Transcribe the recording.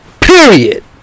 Period